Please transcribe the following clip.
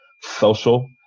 social